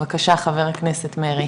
בבקשה חבר הכנסת מרעי.